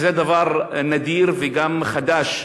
שזה דבר נדיר וגם חדש.